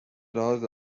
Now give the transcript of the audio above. لحاظ